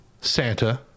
Santa